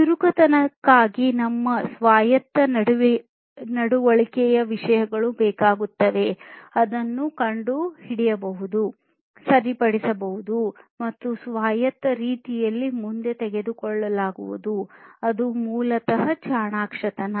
ಚುರುಕುತನಕ್ಕಾಗಿ ನಮಗೆ ಸ್ವಾಯತ್ತ ನಡವಳಿಕೆಯ ವಿಷಯಗಳು ಬೇಕಾಗುತ್ತವೆ ಅದನ್ನು ಕಂಡುಹಿಡಿಯಬಹುದು ಸರಿಪಡಿಸಬಹುದು ಮತ್ತು ಸ್ವಾಯತ್ತ ರೀತಿಯಲ್ಲಿ ಮುಂದೆ ತೆಗೆದುಕೊಳ್ಳಲಾಗುತ್ತದೆ ಅದು ಮೂಲತಃ ಚಾಣಾಕ್ಷತನ